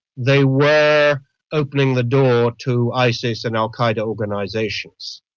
they were opening the door to isis and al qaeda organisations.